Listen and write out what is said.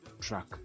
track